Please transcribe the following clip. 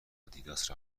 آدیداس